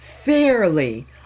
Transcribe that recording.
Fairly